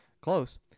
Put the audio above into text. Close